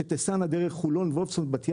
שתסענה דרך חולון וולפסון ובת ים,